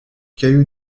caillou